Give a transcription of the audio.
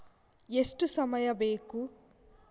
ಎಷ್ಟು ಸಮಯ ಬೇಕು?